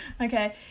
Okay